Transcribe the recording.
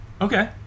Okay